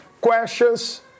Questions